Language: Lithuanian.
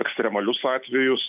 ekstremalius atvejus